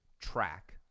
track